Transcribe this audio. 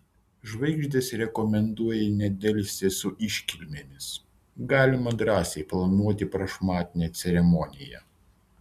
žvaigždės rekomenduoja nedelsti su iškilmėmis galima drąsiai planuoti prašmatnią ceremoniją